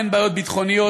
בין בעיות ביטחוניות,